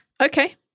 Okay